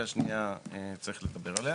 ועל השנייה צריך לדבר.